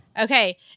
Okay